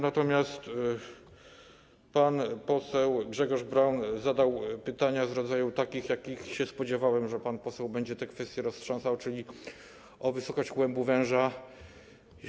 Natomiast pan poseł Grzegorz Braun zadał pytania z rodzaju takich, jakich się spodziewałem, że pan poseł będzie te kwestie roztrząsał, czyli o wysokość węża w kłębie.